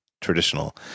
traditional